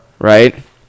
Right